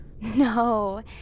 No